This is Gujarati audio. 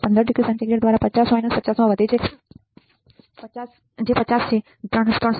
15 ડિગ્રી સેન્ટીગ્રેડ દ્વારા 50 50 માં વધે છે જે 50 છે જે 3